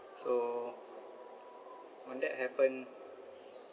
so when that happened